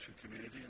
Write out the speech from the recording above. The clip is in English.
community